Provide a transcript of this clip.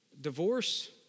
Divorce